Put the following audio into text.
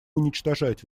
уничтожать